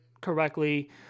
correctly